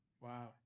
wow